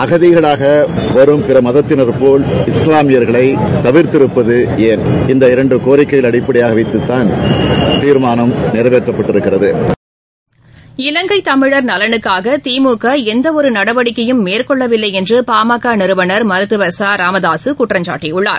அகதிகளாகவரும் பிறமதத்தினரைப்போல இஸ்லாமியர்களைதவிர்த்திருப்பதுஎன் என்ற இந்த இரண்டுகோரிக்கைகளை அடிப்படையாகவைத்துகான் இந்ததீர்மானம் நிறைவேற்றப்பட்டிருக்கிறது இலங்கைதமிழர் நலனுக்காகதிமுகளந்தவொருநடவடிக்கையும் மேற்கொள்ளவில்லைஎன்றுபாமகநிறுவனர் மருத்துவர் ச ராமதாசுகுற்றம் சாட்டியுள்ளார்